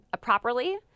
properly